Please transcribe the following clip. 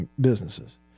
businesses